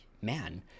man